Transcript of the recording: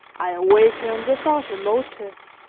i awakened without a motive,